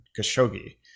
Khashoggi